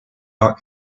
not